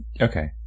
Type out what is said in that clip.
Okay